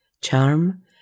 charm